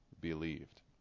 believed